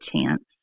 chance